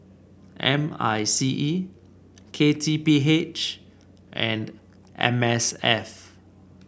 M I C E K T P H and M S F